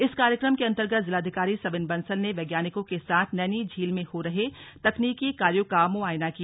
इस कार्यक्रम के अंतगत जिलाधिकारी सविन बंसल ने वैज्ञानिकों के साथ नैनी झील में हो रहे तकनीकि कार्यों का मुआयना किया